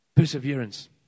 Perseverance